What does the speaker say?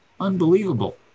Unbelievable